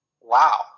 Wow